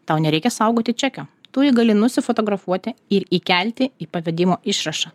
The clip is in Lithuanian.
tau nereikia saugoti čekio tu ji gali nusifotografuoti ir įkelti į pavedimo išrašą